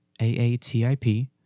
AATIP